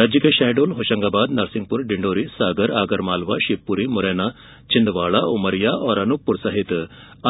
राज्य के शहडोल होशंगाबाद नरसिंहपुर डिण्डोरी सागर आगरमालवा शिवपुरीमुरैना छिन्दवाड़ा उमरिया और अनूपपुर सहित